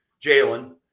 Jalen